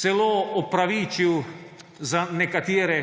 celo opravičil za nekatere